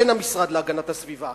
אין המשרד להגנת הסביבה,